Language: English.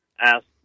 ask